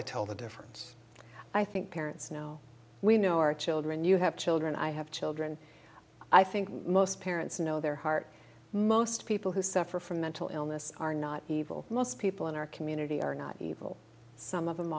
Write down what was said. i tell the difference i think parents know we know our children you have children i have children i think most parents know their heart most people who suffer from mental illness are not evil most people in our community are not evil some of them